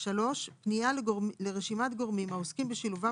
פנייה לרשימת גורמים העוסקים בשילובם